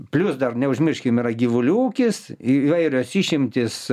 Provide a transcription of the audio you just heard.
plius dar neužmirškim yra gyvulių ūkis įvairios išimtys